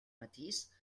matís